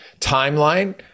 timeline